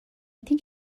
think